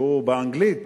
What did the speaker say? שהוא באנגלית: